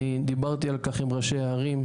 אני דיברתי על כך עם ראשי הערים,